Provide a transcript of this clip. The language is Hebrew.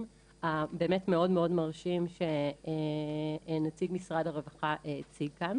הבאמת מאוד מרשים שנציג הרווחה הציג כאן.